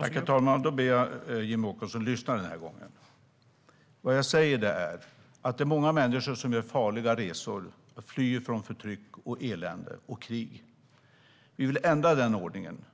Herr talman! Jag ber Jimmie Åkesson att lyssna den här gången. Vad jag säger är att det är många människor som gör farliga resor och flyr från förtryck, elände och krig. Vi vill ändra den ordningen.